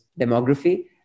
demography